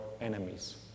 enemies